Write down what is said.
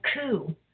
coup